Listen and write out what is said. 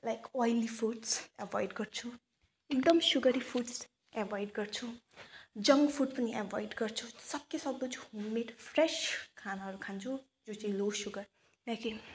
like oily foods avoid गर्छु एकदम sugary foods avoid गर्छु जङ्क फुड पनि एभोइड गर्छु सके सक्दो होम मेड फ्रेस खानाहरू खान्छु जो चाहिँ लो सुगर लेकिन